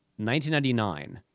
1999